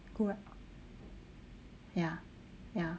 cool right ya ya